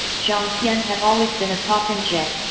jiang tian had always been a popinjay.